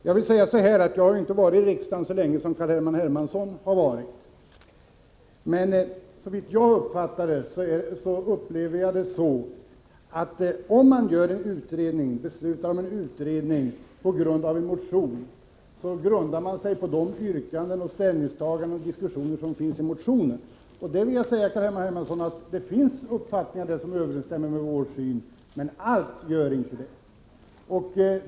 Jag har inte varit i riksdagen så länge som Carl-Henrik Hermansson har varit, men jag upplever det så att om riksdagen på grund av en motion beslutar att begära en utredning, grundar riksdagen denna begäran på de yrkanden och ställningstaganden som finns i motionen. Jag vill säga till Carl-Henrik Hermansson att det finns synpunkter i motionen som överensstämmer med vår uppfattning, men allt gör det inte.